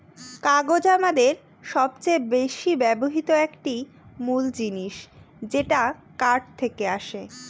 কাগজ আমাদের সবচেয়ে বেশি ব্যবহৃত একটি মূল জিনিস যেটা কাঠ থেকে আসে